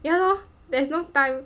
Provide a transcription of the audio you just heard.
ya lor there's no time